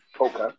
Okay